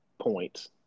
points